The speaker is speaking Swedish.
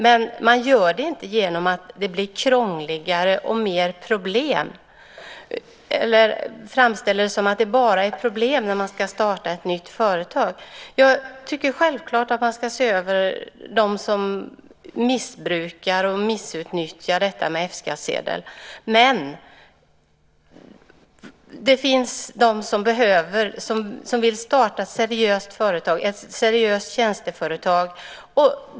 Men man gör inte det genom att det blir krångligare och fler problem eller genom att framställa det som att det bara är problem när någon ska starta ett nytt företag. Jag tycker självfallet att man ska se över dem som missbrukar och utnyttjar F-skattsedeln. Men det finns de som vill starta seriösa företag, till exempel ett seriöst tjänsteföretag.